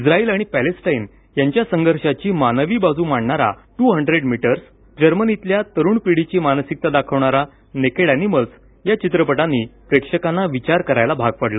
Israel आणि Palestine यांच्या संघर्षाची मानवी बाजू मांडणारा टू हंड्रेड मीटर्स जर्मनीतल्या तरुण पिढीची मानसिकता दाखवणारा नेकेड ऍनिमल्स या चित्रपटांनी प्रेक्षकांना विचार करायला भाग पाडलं